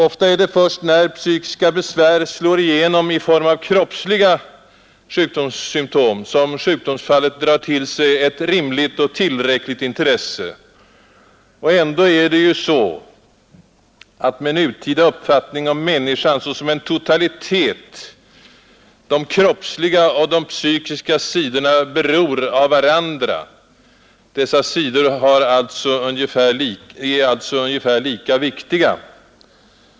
Ofta är det först när psykiska besvär slår igenom i form av kroppsliga sjukdomssymtom som sjukdomsfallet drar till sig ett rimligt och tillräckligt intresse. Och ändå är det ju så att med nutida uppfattning om människan såsom en totalitet de kroppsliga och de psykiska sidorna beror av varandra. Dessa sidor är alltså ungefär lika viktiga.